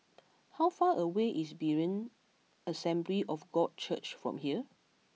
how far away is Berean Assembly of God Church from here